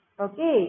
Okay